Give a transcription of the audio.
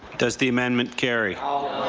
does the amendment carry? ah